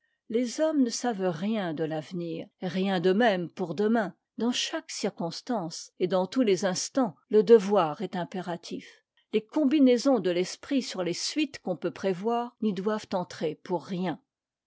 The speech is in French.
les hommes ne savent rien de l'avenir rien d'eux-mêmes pour demain dans chaque circonstance et dans tous les instants le devoir est impératif les combinaisons de t'esprit sur les suites qu'on peut prévoir n'y doivent entrer pour rien